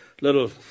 little